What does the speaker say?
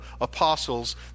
apostles